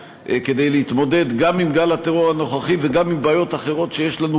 כדי להתמודד גם עם גל הטרור הנוכחי וגם עם בעיות אחרות שיש לנו,